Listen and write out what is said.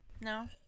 No